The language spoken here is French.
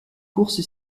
course